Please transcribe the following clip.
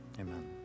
Amen